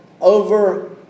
over